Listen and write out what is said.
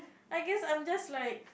I guess I'm just like